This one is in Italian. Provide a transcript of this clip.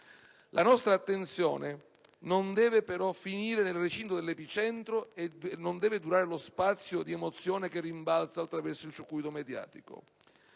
La nostra attenzione non deve però finire nel recinto dell'epicentro e durare lo spazio dell'emozione che rimbalza attraverso il circuito mediatico.